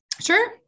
Sure